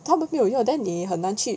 他们没有用 then 你很难去